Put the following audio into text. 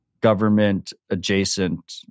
government-adjacent